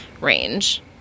range